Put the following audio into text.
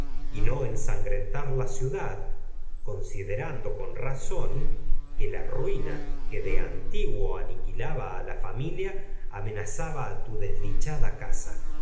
y no ensan grentar la ciudad na considerando con razón que la rui aniquilaba a la familia mas que de antiguo amenazaba infun a tu desdichada a casa